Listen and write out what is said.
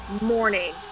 morning